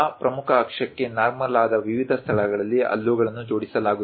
ಆ ಪ್ರಮುಖ ಅಕ್ಷಕ್ಕೆ ನಾರ್ಮಲ್ ಆದ ವಿವಿಧ ಸ್ಥಳಗಳಲ್ಲಿ ಹಲ್ಲುಗಳನ್ನು ಜೋಡಿಸಲಾಗುತ್ತದೆ